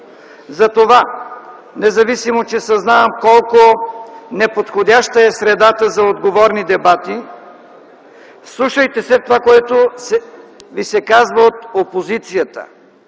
Затова, независимо че съзнавам колко неподходяща е средата за отговорни дебати, вслушайте се в това, което ви се казва от опозицията.